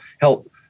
help